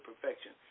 perfection